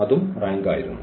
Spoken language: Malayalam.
അതും റാങ്ക് ആയിരുന്നു